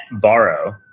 borrow